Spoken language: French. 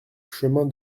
chemin